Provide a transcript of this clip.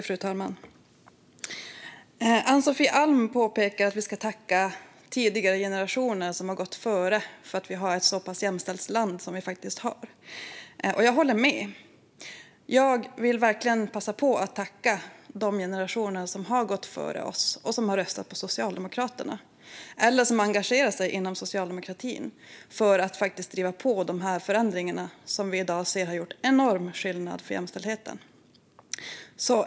Fru talman! Ann-Sofie Alm påpekar att vi ska tacka tidigare generationer som har gått före för att vi har ett så pass jämställt land som vi faktiskt har. Jag vill verkligen passa på att tacka de generationer som har gått före oss och som har röstat på Socialdemokraterna eller som har engagerat sig inom socialdemokratin för att driva på de förändringar som vi i dag ser har gjort enorm skillnad för jämställdheten.